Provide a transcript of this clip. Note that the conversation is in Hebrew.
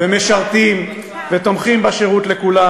ומשרתים, ותומכים בשירות לכולם: